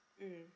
mm